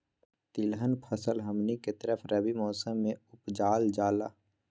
तिलहन फसल हमनी के तरफ रबी मौसम में उपजाल जाला